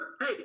Hey